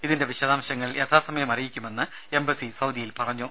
ഇതിന്റെ വിശദാംശങ്ങൾ യഥാസമയം അറിയിക്കുമെന്ന് എംബസി സൌദിയിൽ പറഞ്ഞു